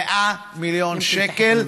100 מיליון שקל.